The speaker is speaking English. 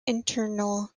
internal